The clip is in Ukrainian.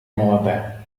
молоде